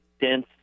dense